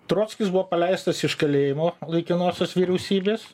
trockis buvo paleistas iš kalėjimo laikinosios vyriausybės